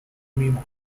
میمرد